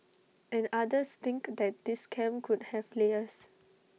and others think that this scam could have layers